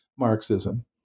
Marxism